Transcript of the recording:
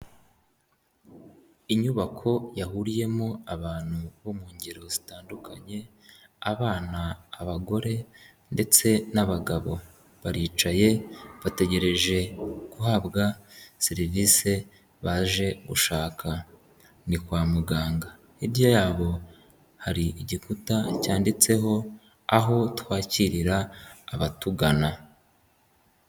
Inyubako yahuriyemo abantu bo mu ngero zitandukanye, abana, abagore, ndetse n'abagabo, baricaye bategereje guhabwa serivisi baje gushaka. ni kwa muganga. Hirya yabo hari igikuta cyanditseho ''Aho twakirira abatugana''